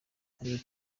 ariko